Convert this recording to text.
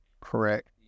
Correct